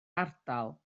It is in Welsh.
ardal